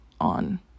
on